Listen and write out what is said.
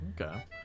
Okay